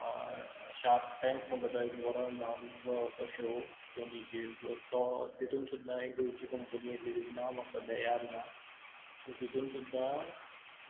shark tank म्हणटा तो एक बरो नामनेचो असो शॉ सोनीचेर तो तितूंत सुद्दां एक गोंयची कंपनी येलेली तेचें नांव म्हाक सद्याक याद ना सो तितून सुद्दां